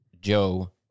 Joe